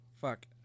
fuck